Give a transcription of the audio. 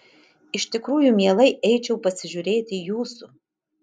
iš tikrųjų mielai eičiau pasižiūrėti jūsų